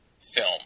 film